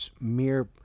mere